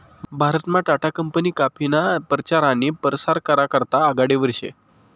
भारतमा टाटा कंपनी काफीना परचार आनी परसार करा करता आघाडीवर शे